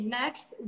next